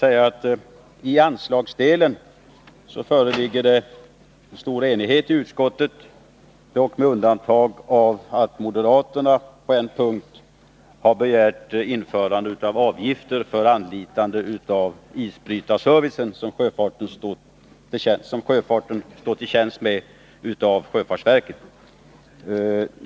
I anslagsdelen föreligger enighet i utskottet, dock med undantag av att moderaterna på en punkt har begärt införande av avgifter för anlitande av den isbrytarservice som sjöfartsverket står till tjänst med.